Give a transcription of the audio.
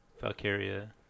Valkyria